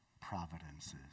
providences